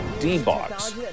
D-BOX